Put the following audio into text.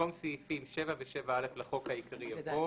9.במקום סעיפים 7 ו־7א לחוק העיקרי יבוא: